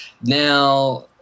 Now